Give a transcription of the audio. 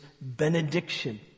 benediction